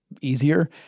easier